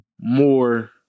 more